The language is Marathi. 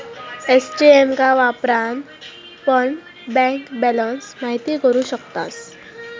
ए.टी.एम का वापरान पण बँक बॅलंस महिती करू शकतास